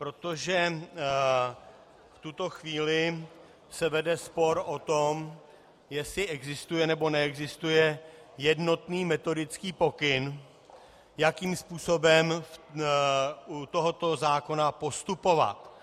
Protože v tuto chvíli se vede spor o tom, jestli existuje, nebo neexistuje jednotný metodický pokyn, jakým způsobem u tohoto zákona postupovat.